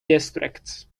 districts